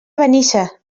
benissa